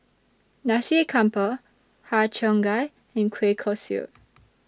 Nasi Campur Har Cheong Gai and Kueh Kosui